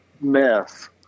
mess